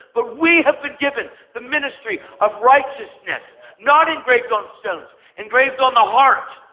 but we have been given the ministry of righteousness, not engraved on stones, engraved on the heart,